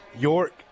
York